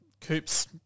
Coops